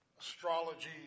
astrology